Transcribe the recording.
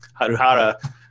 Haruhara